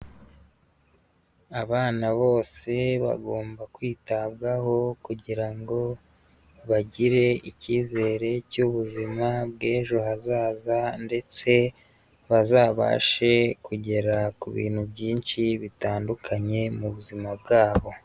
Abana bose bagomba kwitabwaho, kugira ngo bagire icyizere cy'ubuzima bw'ejo hazaza, ndetse bazabashe kugera ku bintu byinshi bitandukanye, mu buzima bwabo.